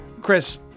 Chris